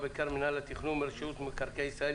ובעיקר מנהל התכנון ורשות מקרקעי ישראל,